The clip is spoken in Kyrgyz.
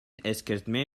эскертме